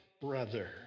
brother